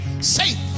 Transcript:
safe